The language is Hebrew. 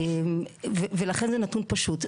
ולכן זה נתון פשוט.